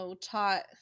taught